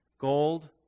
gold